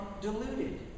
deluded